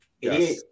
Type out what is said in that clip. Yes